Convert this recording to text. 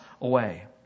away